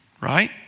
right